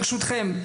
ברשותכם.